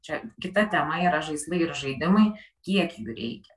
čia kita tema yra žaislai ir žaidimai kiek jų reikia